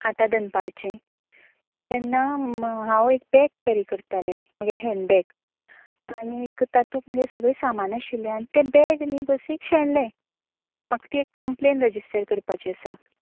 आतां दनपारचें तेन्ना हांव एक बॅग कॅरी करतालें मगे हॅणबॅग आनीक तातूंत मगे सगळें सामान आशिल्लें आनी तें बॅग न्ही बसीक शेणलें म्हाका ती एक कंप्लेन रॅजिस्टर करपाची आसा